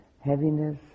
Heaviness